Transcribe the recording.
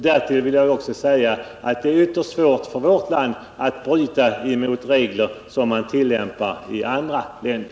Därtill vill jag säga att det är ytterst svårt för vårt land att inte bryta mot regler som man tillämpar i andra länder.